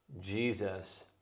Jesus